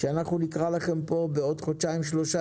כשאנחנו נקרא לכם פה בעוד חודשיים-שלושה,